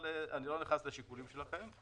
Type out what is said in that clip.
אבל אני לא נכנס לשיקולים שלכם.